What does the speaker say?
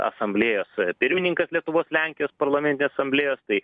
asamblėjos pirmininkas lietuvos lenkijos parlamentinės asamblėjos tai